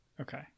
Okay